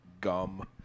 gum